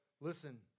listen